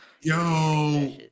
Yo